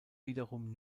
wiederum